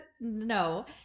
no